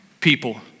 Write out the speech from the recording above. people